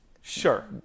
Sure